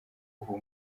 ubu